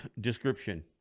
description